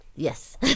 Yes